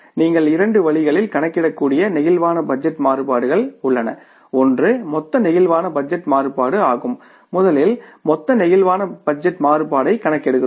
நீங்கள் இரண்டு வழிகளில் கணக்கிடக்கூடிய பிளேக்சிபிள் பட்ஜெட் மாறுபாடுகள் உள்ளன ஒன்று மொத்த பிளேக்சிபிள் பட்ஜெட் மாறுபாடு ஆகும் முதலில் மொத்த பிளேக்சிபிள் பட்ஜெட் மாறுபாட்டைக் கணக்கிடுகிறோம்